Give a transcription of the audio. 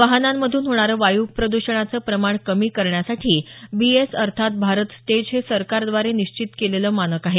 वाहनांमधून होणारं वायू प्रद्षणाचं प्रमाण कमी करण्यासाठी बी एस अर्थात भारत स्टेज हे सरकारद्वारे निश्चित केलेलं मानक आहे